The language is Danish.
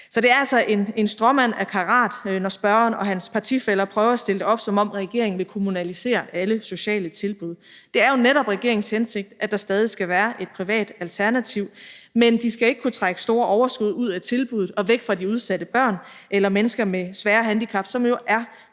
Så det er altså en stråmand af karat, når spørgeren og hans partifæller prøver at stille det op, som om regeringen vil kommunalisere alle sociale tilbud. Det er jo netop regeringens hensigt, at der stadig skal være et privat alternativ, men de skal ikke kunne trække store overskud ud af tilbuddet og væk fra de udsatte børn eller mennesker med svære handicap, som jo er dybt